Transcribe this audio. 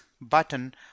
button